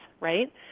right